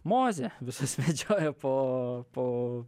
mozė visus vedžiojo po po